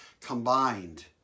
combined